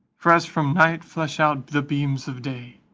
for as from night flash out the beams of day,